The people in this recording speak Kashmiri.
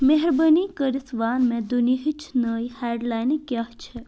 مہربٲنی کٔرِتھ وَن مےٚ دُنیہٕچ نٔے ہؠڈ لاینہٕ کیٛاہ چھ